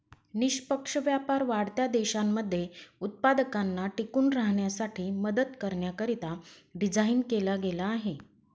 निष्पक्ष व्यापार वाढत्या देशांमध्ये उत्पादकांना टिकून राहण्यासाठी मदत करण्याकरिता डिझाईन केला गेला आहे